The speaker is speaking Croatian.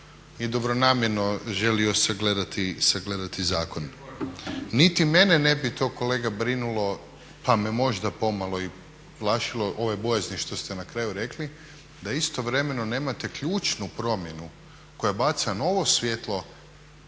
i dobronamjerno želio sagledati zakon. Niti mene ne bi to kolega brinulo pa me možda pomalo i plašilo, ove bojazni što ste na kraju rekli, da istovremeno nemate ključnu promjenu koja baca novo svjetlo